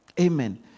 Amen